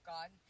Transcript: God